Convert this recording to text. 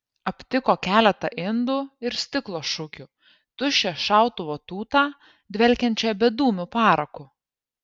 aptiko keletą indų ir stiklo šukių tuščią šautuvo tūtą dvelkiančią bedūmiu paraku